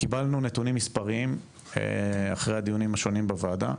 קיבלנו נתונים מספריים אחרי הדיונים השונים בוועדה.